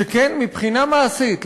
שכן מבחינה מעשית,